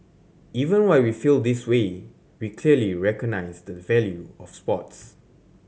even while we feel this way we clearly recognise the value of sports